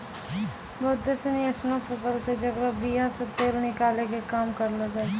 बहुते सिनी एसनो फसल छै जेकरो बीया से तेल निकालै के काम करलो जाय छै